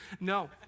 no